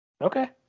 Okay